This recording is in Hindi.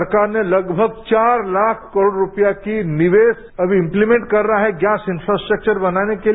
सरकार ने लगभग चार लाख करोड रुपये का निवेश अब इम्पतिमेंट कर रहा है गैस इन्फ्रास्ट्रक्वर बनाने के लिए